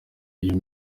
iyo